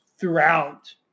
throughout